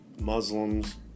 Muslims